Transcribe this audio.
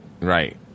Right